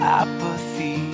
apathy